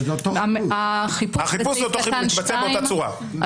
החיפוש בסעיף קטן (2)